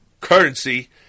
currency